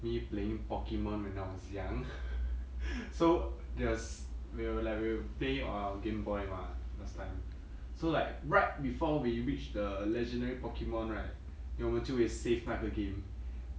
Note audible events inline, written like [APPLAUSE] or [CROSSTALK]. me playing pokemon when I was young [LAUGHS] so there's we'll like we'll play on game boy mah last time so like right before we reach the legendary pokemon right then 我们就会 save 那个 game